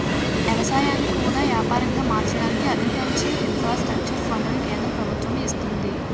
ఎవసాయాన్ని కూడా యాపారంగా మార్చడానికి అగ్రికల్చర్ ఇన్ఫ్రాస్ట్రక్చర్ ఫండును కేంద్ర ప్రభుత్వము ఇస్తంది